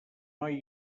noi